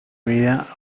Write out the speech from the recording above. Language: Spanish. vida